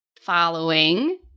following